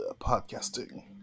podcasting